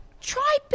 Try